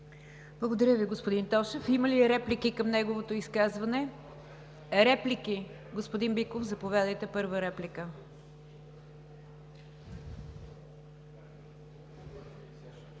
Благодаря Ви, господин Тошев. Има ли реплики към неговото изказване? Господин Биков, заповядайте – първа реплика.